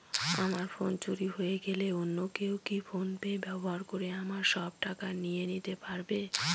আমার ফোন চুরি হয়ে গেলে অন্য কেউ কি ফোন পে ব্যবহার করে আমার সব টাকা নিয়ে নিতে পারবে?